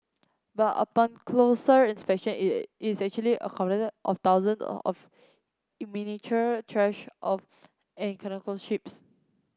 but upon closer inspection it is actually a of thousands of miniature trash of and ships